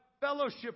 fellowship